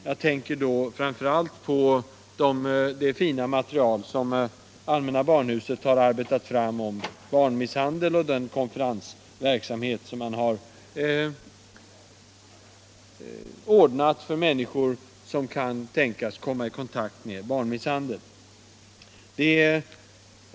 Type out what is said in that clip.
Jag tänker då framför allt på det fina material som allmänna barnhuset har arbetat fram om barnmisshandel och den konferensverksamhet som man har ordnat för människor som kan tänkas komma i kontakt med barnmisshandel.